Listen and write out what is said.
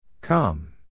Come